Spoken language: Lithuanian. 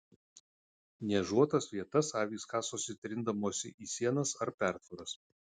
niežuotas vietas avys kasosi trindamosi į sienas ar pertvaras